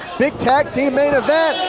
big tag team main event.